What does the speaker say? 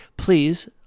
Please